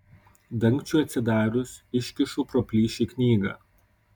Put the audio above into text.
dangčiui atsidarius iškišu pro plyšį knygą